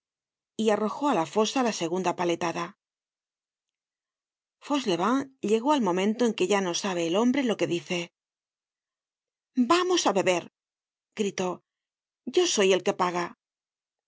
y arrojó á la fosa la segunda paletada fauchelevent llegó al momento en que ya no sabe el hombre lo que dice vamos á beber gritó yo soy el que paga despues que